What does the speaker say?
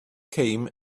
came